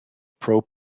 pro